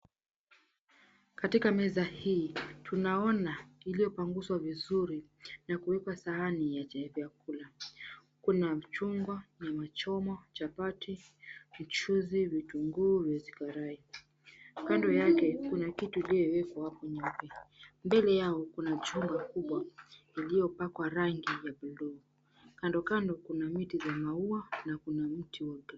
Katika meza hii tunaona ilivyopanguzwa vizuri na kuwekwa sahani ya vyakula, kuna machungwa, nyama choma, chapati, mchuuzi, vitungu, viazi karai, kando yake, kuna kitu iliyowekwa hapo nyeupe, mbele yao kuna chungu kubwa iliyopakwa rangi ya blu kandokando kuna mti vya maua na kuna mti wa...